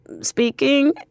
speaking